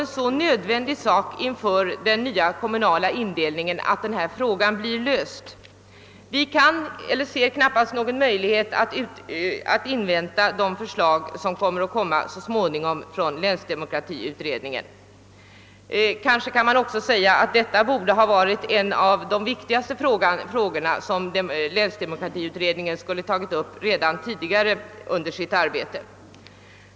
Det är nödvändigt att frågan blir löst inför den nya kommunindelningen. Motionärer och reservanter ser knappast någon möjlighet att invänta de förslag som så småningom skall framläggas av länsdemokratiutredningen. Jag anser att detta borde ha varit en av de ur tidsynpunkt viktigaste frågorna för länsdemokratiutredningen och att utredningen borde ha tagit upp den redan tidigare under sitt arbete.